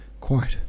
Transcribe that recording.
quite